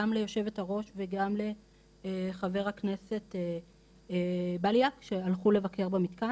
גם ליו"ר וגם לחה"כ בליאק שהלכו לבקר במתקן,